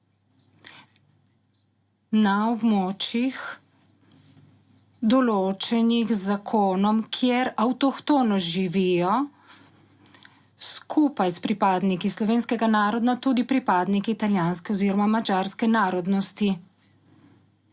na območjih, določenih z zakonom, kjer avtohtono živijo skupaj s pripadniki slovenskega naroda tudi pripadniki italijanske oziroma madžarske narodnosti,